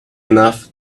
enough